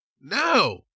no